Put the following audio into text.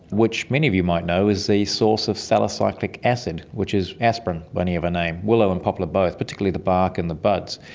which many of you might know is the source of salicylic acid, which is aspirin by any other name, willow and poplar both, particularly the bark and the buds.